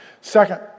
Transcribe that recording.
Second